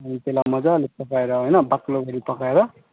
अनि त्यसलाई मजाले पकाएर होइन बाक्लो गरी पकाएर